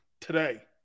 today